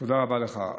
תודה רבה לך.